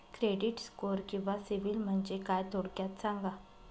Credit score किंवा CIBIL म्हणजे काय? थोडक्यात सांगा